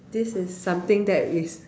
this is something that is